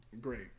Great